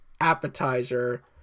appetizer